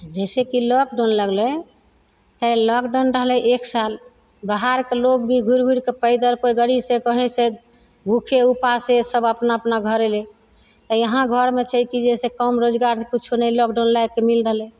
जैसे कि लॉकडाउन लगलइ तऽ ई लॉकडाउन रहलय एक साल बाहरके लोग भी घुरि घुरि कऽ पैदल कोइ गाड़ीसँ कहींसँ भूखे उपासे सब अपना अपना घर अयलय तऽ यहाँ घरमे छै कि जैसे काम रोजगार कुछो नहि लॉकडाउन लागिके मिल रहलय